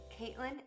Caitlin